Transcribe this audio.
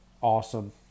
awesome